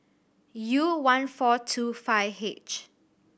U one four two five H